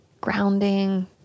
grounding